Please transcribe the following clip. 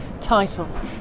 titles